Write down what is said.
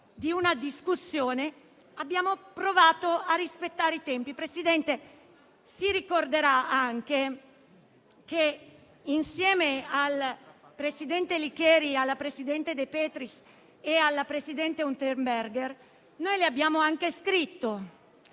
alla discussione, abbiamo provato a rispettare i tempi. Signor Presidente, ricorderà altresì che insieme al presidente Licheri, alla presidente De Petris e alla presidente Unterberger le abbiamo anche scritto,